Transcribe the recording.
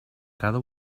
cada